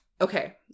Okay